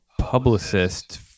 publicist